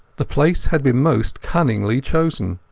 the place had been most cunningly chosen.